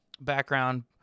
background